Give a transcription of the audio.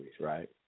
right